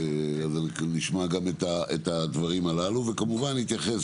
אז נשמע גם את הדברים הללו, וכמובן נתייחס